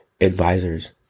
advisors